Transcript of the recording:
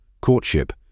courtship